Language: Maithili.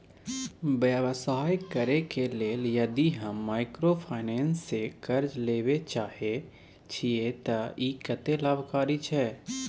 व्यवसाय करे के लेल यदि हम माइक्रोफाइनेंस स कर्ज लेबे चाहे छिये त इ कत्ते लाभकारी छै?